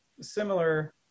similar